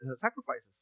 sacrifices